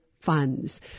funds